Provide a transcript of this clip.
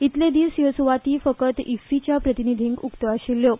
इतले दीस हयो सुवाती फकत इफ्फीच्या प्रतिनिधींक उक्त्यो आशिल्ल्यो